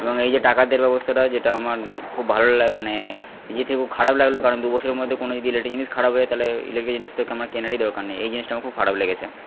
এবং এই যে টাকার দেওয়ার ব্যবস্থাটা যেটা আমার খুব ভালো লাগে মানে নিজে থেকে খুব খারাপ লাগলো কারণ দুবছরের মধ্যে কোনো যদি ইলেকট্রিক জিনিস খারাপ হয়ে যায় তাহলে ইলেকট্রিক জিনিসটাকে আমার কেনারই দরকার নেই এই জিনিসটা আমার খুব খারাপ লেগেছে